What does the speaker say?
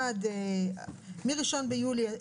התיקון הבא הוא בפסקה (14) בעמוד 4 בנוסח האוצר.